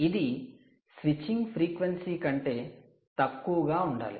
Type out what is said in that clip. ఇది switching frequency కంటే తక్కువగా ఉండాలి